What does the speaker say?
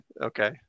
okay